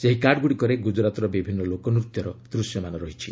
ସେହି କାର୍ଡ଼ଗୁଡ଼ିକରେ ଗୁଜରାତ୍ର ବିଭିନ୍ନ ଲୋକନ୍ତ୍ୟର ଦୂଶ୍ୟ ରହିଛି